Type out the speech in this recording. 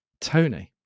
Tony